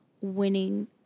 winning